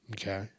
okay